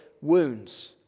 wounds